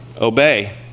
obey